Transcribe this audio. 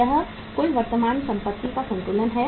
यह कुल वर्तमान संपत्ति का संतुलन है